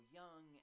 young